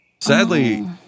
Sadly